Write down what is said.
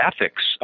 ethics